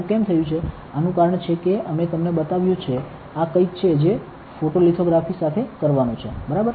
આવું કેમ થયું છે આનું કારણ છે કે અમે તમને બતાવ્યુ છે આ કઇક છે જે ફોટોલિથોગ્રાફી સાથે કરવાનું છે બરાબર